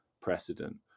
precedent